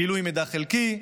גילוי מידע חלקי,